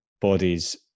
bodies